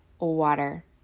water